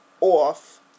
off